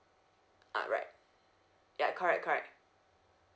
ah right ya correct correct